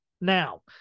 Now